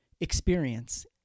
experience